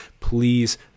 please